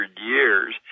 years